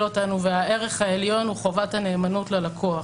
אותנו והערך העליון הוא חובת הנאמנות ללקוח.